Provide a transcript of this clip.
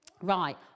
Right